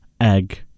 egg